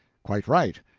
quite right.